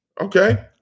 Okay